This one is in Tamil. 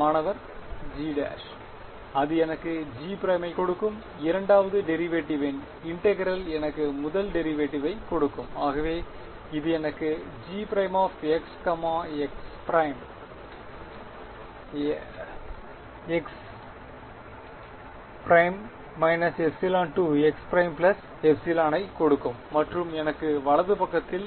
மாணவர் G' அது எனக்கு G' ஐ கொடுக்கும் இரண்டாவது டெரிவேட்டிவ்வின் இன்டெகிரெல் எனக்கு முதல் டெரிவேட்டிவை கொடுக்கும் ஆகவே இது எனக்கு G′x x′|x′ εx′ε ஐ கொடுக்கும் மற்றும் எனக்கு வலது கை பக்கத்தில்